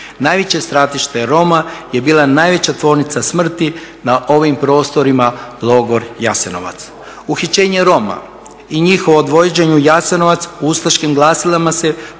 Najveće stratište Roma je bila najveća tvornica smrti na ovim prostorima logor Jasenovac. Uhićenje Roma i njihovo odvođenje u Jasenovac u ustaškim glasilima se pravdalo